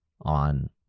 on